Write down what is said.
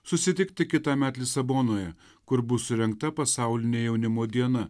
susitikti kitąmet lisabonoje kur bus surengta pasaulinė jaunimo diena